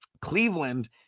Cleveland